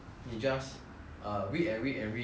then of course you will be very like